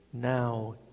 Now